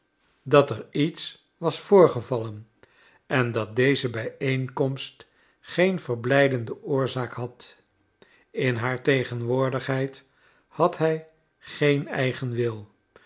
dat er iet was voorgevallen en dat deze bijeenkomst geen verblijdende oorzaak had in haar tegenwoordigheid had hij geen eigen wil